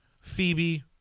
Phoebe